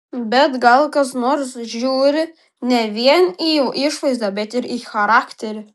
bet gal kas nors žiūri ne vien į išvaizdą bet ir į charakterį